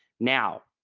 now